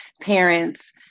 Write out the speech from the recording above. parents